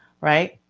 right